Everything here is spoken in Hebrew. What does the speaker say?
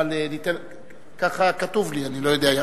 אבל כך כתוב לי, אני לא יודע.